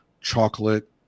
chocolate